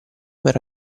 per